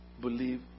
believe